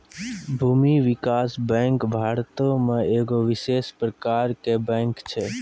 भूमि विकास बैंक भारतो मे एगो विशेष प्रकारो के बैंक छै